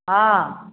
हँ